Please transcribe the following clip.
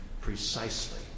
precisely